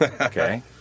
Okay